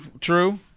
true